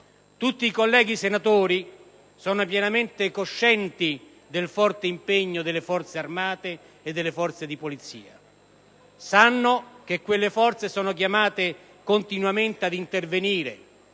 Tutti i colleghi senatori sono pienamente coscienti del forte impegno delle Forze armate e delle forze di Polizia. Sanno che quelle forze sono chiamate continuamente ad intervenire,